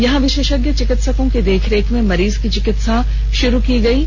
वहां विशेषज्ञ चिकित्सकों की देखरेख में मरीज की चिकित्सा आरंभ कर दी गई है